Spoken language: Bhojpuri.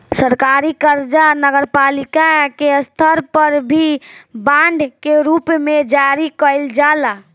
सरकारी कर्जा नगरपालिका के स्तर पर भी बांड के रूप में जारी कईल जाला